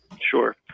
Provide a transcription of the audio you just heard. Sure